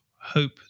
hope